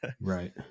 right